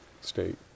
state